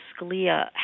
Scalia